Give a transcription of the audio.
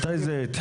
מתי זה התחיל?